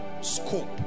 scope